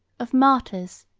of martyrs,